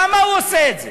למה הוא עושה את זה?